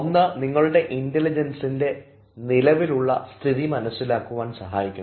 ഒന്ന് നിങ്ങളുടെ ഇൻറലിജൻസിൻറെ നിലവിലുള്ള സ്ഥിതി മനസ്സിലാക്കുവാൻ സഹായിക്കുന്നു